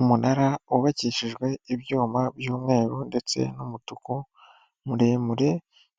Umunara wubakishijwe ibyuma by'umweru ndetse n'umutuku muremure